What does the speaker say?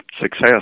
success